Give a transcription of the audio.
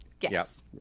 Yes